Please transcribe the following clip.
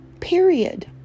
Period